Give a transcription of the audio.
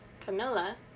Camilla